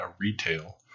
Retail